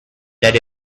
that